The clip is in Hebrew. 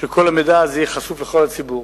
שכל המידע הזה יהיה חשוף בכלל לציבור.